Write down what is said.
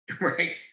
right